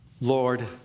Lord